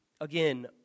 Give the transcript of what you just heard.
again